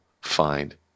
find